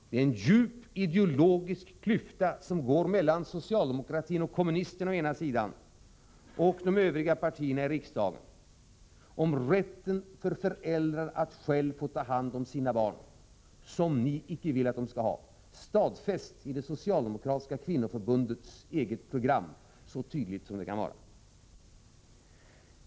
Det är en djup ideologisk klyfta mellan socialdemokrater och kommunister å ena sidan och de övriga partierna i riksdagen å andra sidan om rätten för föräldrar att själva få ta hand om sina barn. Den rätten vill ni icke att de skall ha. Detta är stadfäst i det socialdemokratiska kvinnoförbundets eget program så tydligt som det kan vara.